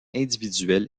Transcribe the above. individuels